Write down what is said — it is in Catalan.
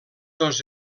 dos